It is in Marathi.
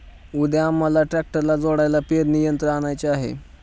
उद्या आम्हाला ट्रॅक्टरला जोडायला पेरणी यंत्र आणायचे आहे